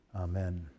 Amen